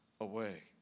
away